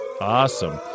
awesome